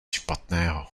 špatného